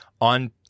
on